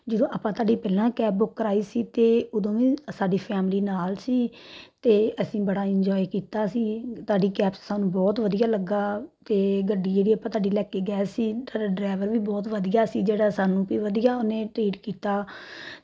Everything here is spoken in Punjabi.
ਜਦੋਂ ਆਪਾਂ ਤੁਹਾਡੀ ਪਹਿਲਾਂ ਕੈਬ ਬੁੱਕ ਕਰਵਾਈ ਸੀ ਅਤੇ ਉਦੋਂ ਵੀ ਸਾਡੀ ਫੈਮਿਲੀ ਨਾਲ ਸੀ ਅਤੇ ਅਸੀਂ ਬੜਾ ਇੰਜੋਏ ਕੀਤਾ ਸੀ ਤੁਹਾਡੀ ਕੈਬਸ ਸਾਨੂੰ ਬਹੁਤ ਵਧੀਆ ਲੱਗੀ ਅਤੇ ਗੱਡੀ ਜਿਹੜੀ ਆਪਾਂ ਤੁਹਾਡੀ ਲੈ ਕੇ ਗਏ ਸੀ ਤੁਹਾਡਾ ਡਰਾਈਵਰ ਵੀ ਬਹੁਤ ਵਧੀਆ ਸੀ ਜਿਹੜਾ ਸਾਨੂੰ ਵੀ ਵਧੀਆ ਉਹਨੇ ਟਰੀਟ ਕੀਤਾ